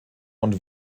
und